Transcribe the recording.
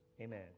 Amen